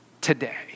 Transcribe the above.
today